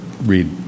read